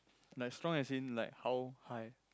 like strong as in like how high